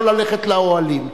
לא ללכת לאוהלים.